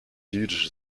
jüdische